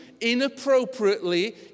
inappropriately